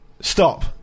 Stop